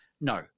No